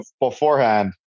beforehand